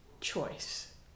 choice